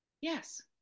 Yes